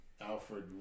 Alfred